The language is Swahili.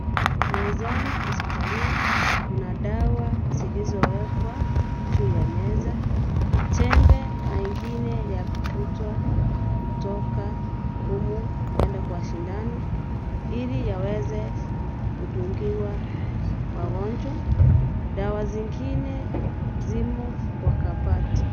Mezani hospitalini kuna dawa zilizowekwa juu ya meza, tembe na ingine ya kuvutwa kutoka humu kwenda kwa sindano ili iweze kudungiwa wagonjwa. Dawa zingine zimo kwa kabati.